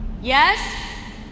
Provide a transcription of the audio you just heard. Yes